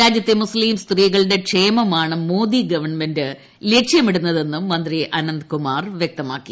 രാജ്യത്തെ മുസ്ലീം സ്ത്രീകളുടെ ക്ഷേമമാണ് മോദി ഗവൺമെന്റ് ലക്ഷ്യമിടുന്നതെന്നും മന്ത്രി ആനന്ദ്കുമാർ വ്യക്തമാക്കി